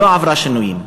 ולא עברה שינויים,